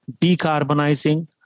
decarbonizing